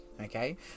okay